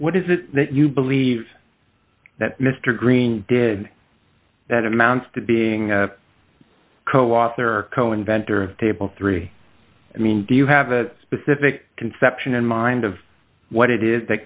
what is it that you believe that mr green did that amounts to being a co author co inventor of table three i mean do you have a specific conception in mind of what it is th